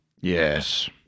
Yes